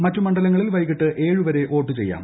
മറ്റു മണ്ഡലങ്ങളിൽ വൈകിട്ട് ഏഴുവരെ വ്യേട്ടു് ചെയ്യാം